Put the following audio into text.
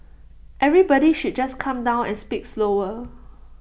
everybody should just calm down and speak slower